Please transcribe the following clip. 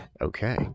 Okay